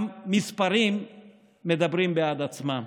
המספרים מדברים בעד עצמם.